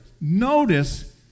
Notice